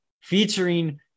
featuring